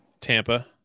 Tampa